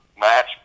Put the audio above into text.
match